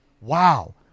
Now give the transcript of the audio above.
wow